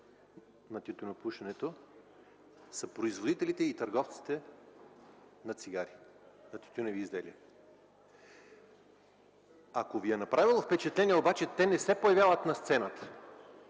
на тютюнопушенето, са производителите и търговците на тютюневи изделия. Ако Ви е направило впечатление, те обаче не се появяват на сцената.